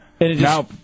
Now